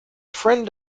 friend